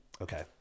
okay